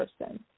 person